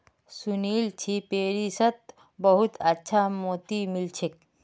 सुनील छि पेरिसत बहुत अच्छा मोति मिल छेक